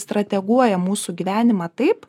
strateguoja mūsų gyvenimą taip